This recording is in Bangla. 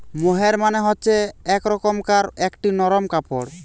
মোহের মানে হচ্ছে এক রকমকার একটি নরম কাপড়